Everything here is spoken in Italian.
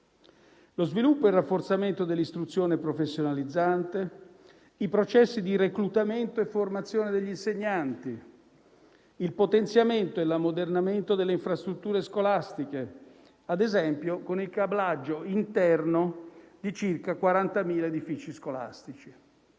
lo sviluppo e il rafforzamento dell'istruzione professionalizzante, i processi di reclutamento e di formazione degli insegnanti, il potenziamento e l'ammodernamento delle infrastrutture scolastiche, ad esempio con il cablaggio interno di circa 40.000 edifici scolastici,